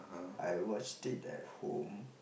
I watched it at home